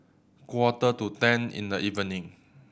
quarter to ten in the evening